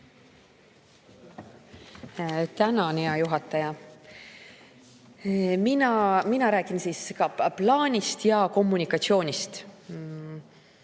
Tänan, hea juhataja! Mina räägin siis ka plaanist ja kommunikatsioonist.